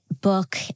book